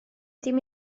dim